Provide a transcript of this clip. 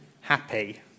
happy